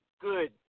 good